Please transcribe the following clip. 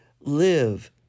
live